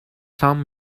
some